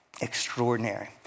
extraordinary